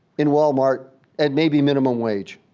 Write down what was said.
in wal-mart at maybe minimum wage.